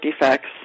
defects